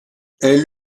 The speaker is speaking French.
elle